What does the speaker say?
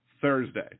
Thursday